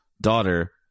daughter